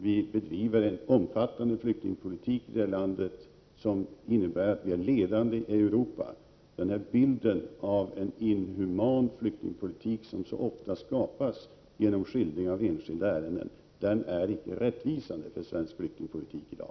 Vi bedriver en omfattande flyktingpolitik i vårt land som innebär att vi är ledande i Europa. Den bild av en inhuman flyktingpolitik som så ofta skapas genom skildring av enskilda ärenden är icke en rättvisande bild av svensk flyktingpolitik i dag.